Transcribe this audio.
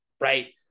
right